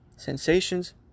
Sensations